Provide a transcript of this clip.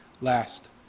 last